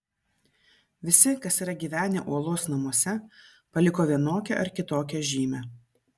visi kas yra gyvenę uolos namuose paliko vienokią ar kitokią žymę